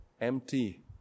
empty